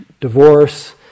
divorce